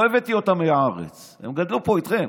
לא הבאתי אותם מהארץ, הם גדלו פה, איתכם.